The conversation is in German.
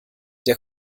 der